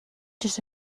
just